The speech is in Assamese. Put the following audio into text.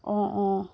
অ' অ'